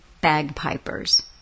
bagpipers